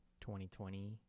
2020